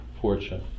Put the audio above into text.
fortune